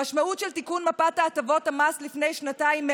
המשמעות של תיקון מפת הטבות המס לפני שנתיים,